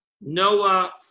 Noah